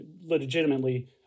legitimately